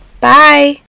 bye